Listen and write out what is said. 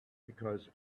because